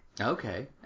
Okay